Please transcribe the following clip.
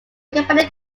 company